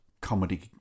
comedy